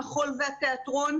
המחול והתיאטרון,